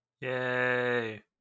Yay